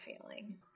feeling